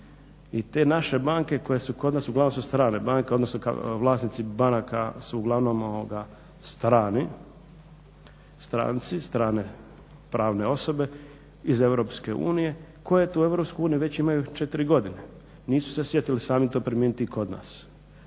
i te naše banke koje su kod nas uglavnom su strane banke, odnosno vlasnici banaka su uglavnom strani, stranci, strane pravne osobe iz EU koje tu EU već imaju 4 godine. Nisu se sjetili sami to primijeniti i kod nas.